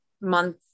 month